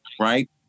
right